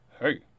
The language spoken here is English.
hey